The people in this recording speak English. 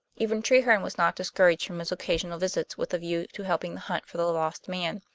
even treherne was not discouraged from his occasional visits with a view to helping the hunt for the lost man.